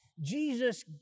Jesus